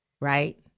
Right